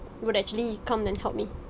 would actually come and help me